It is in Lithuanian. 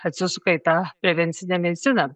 atsisuka į tą prevencinę mediciną